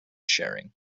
sharing